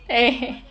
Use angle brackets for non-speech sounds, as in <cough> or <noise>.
eh <laughs>